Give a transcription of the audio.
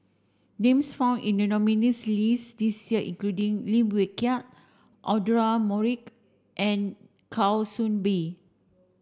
names found in the nominees' list this year include Lim Wee Kiak Audra Morrice and Kwa Soon Bee